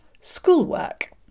Schoolwork